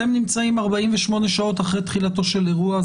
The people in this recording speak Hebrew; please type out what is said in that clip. אתם נמצאים 48 שעות אחרי תחילתו של אירוע,